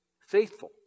faithful